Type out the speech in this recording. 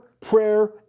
prayer